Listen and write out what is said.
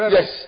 Yes